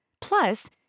Plus